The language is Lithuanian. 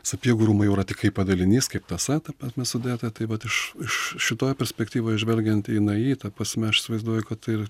sapiegų rūmai jau yra tik kai padalinys kaip tąsa ta prasme sudėta tai vat iš iš šitoj perspektyvoj žvelgiant į ni ta prasme aš įsivaizduoju kad tai yra